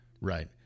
Right